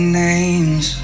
names